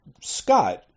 Scott